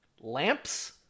Lamps